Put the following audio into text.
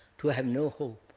to have no hope,